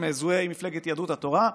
שמזוהה עם מפלגת יהדות התורה,